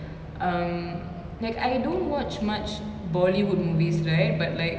um like I don't watch much bollywood movies right but like